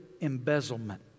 embezzlement